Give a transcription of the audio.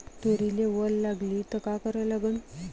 तुरीले वल लागली त का करा लागन?